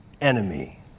enemy